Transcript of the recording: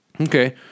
Okay